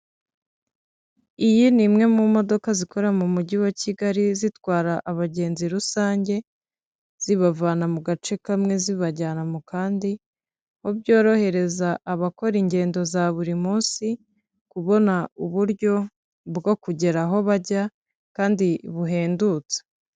Iyi ni imwe mu modoka zikorera mu mujyi wa Kigali zitwara abagenzi rusange zibavana mu gace kamwe zibajyanamo kandi, aho byorohereza abakora ingendo za buri munsi kubona uburyo bwo kugera aho bajya kandi buhendutse.